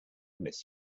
miss